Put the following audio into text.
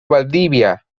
valdivia